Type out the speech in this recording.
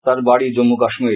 তার বাড়ি জম্মু কাশ্মীর